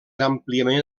àmpliament